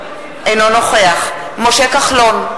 אינו נוכח משה כחלון,